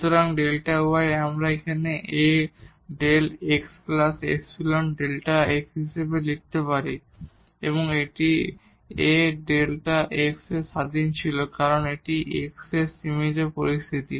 সুতরাং Δ y আমরা A Δ xϵ Δ x হিসাবে লিখতে পারি এবং এই A Δ x থেকে স্বাধীন ছিল কারণ এটি ছিল A এর সীমিত পরিস্থিতি